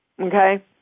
Okay